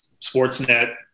Sportsnet